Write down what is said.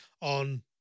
on